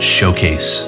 Showcase